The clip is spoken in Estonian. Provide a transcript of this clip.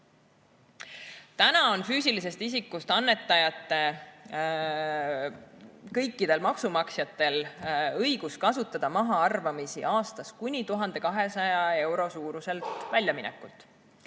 on füüsilisest isikust annetajatel, kõikidel maksumaksjatel, õigus kasutada mahaarvamisi aastas kuni 1200 euro suuruselt väljaminekut.